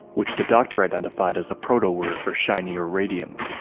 which the doctor identified as a proto-word for shiny or radiant.